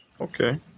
Okay